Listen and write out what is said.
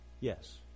Yes